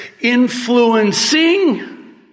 influencing